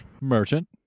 merchant